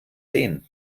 sehen